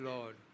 Lord